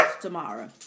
tomorrow